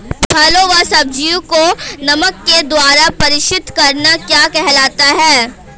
फलों व सब्जियों को नमक के द्वारा परीक्षित करना क्या कहलाता है?